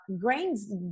grains